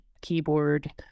keyboard